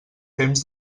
fems